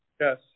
Yes